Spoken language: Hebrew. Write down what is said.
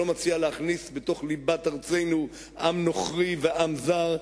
שלא מציע להכניס בתוך ליבת ארצנו עם נוכרי ועם זר,